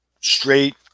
straight